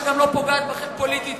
שגם לא פוגעת בכם פוליטית,